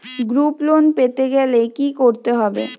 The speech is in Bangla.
গ্রুপ লোন পেতে গেলে কি করতে হবে?